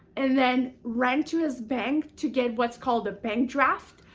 and then ran to his bank to get what's called a bank draft,